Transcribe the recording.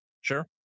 sure